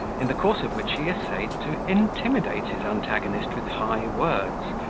in the course of which he essayed to intimidate his antagonist with high words,